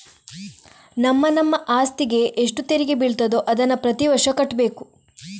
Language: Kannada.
ನಮ್ಮ ನಮ್ಮ ಅಸ್ತಿಗೆ ಎಷ್ಟು ತೆರಿಗೆ ಬೀಳ್ತದೋ ಅದನ್ನ ಪ್ರತೀ ವರ್ಷ ಕಟ್ಬೇಕು